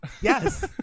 Yes